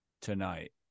tonight